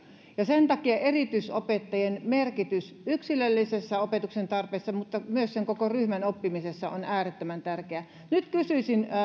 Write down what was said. ja sen takia erityisopettajien merkitys yksilöllisen opetuksen tarpeessa mutta myös sen koko ryhmän oppimisessa on äärettömän tärkeä nyt kysyisin